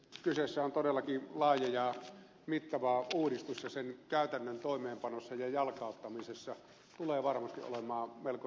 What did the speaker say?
kyseessä on todellakin laaja ja mittava uudistus ja sen käytännön toimeenpanossa ja jalkauttamisessa tulee varmasti olemaan melko suuria haasteita